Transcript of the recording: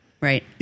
Right